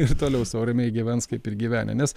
ir toliau sau ramiai gyvens kaip ir gyvenę nes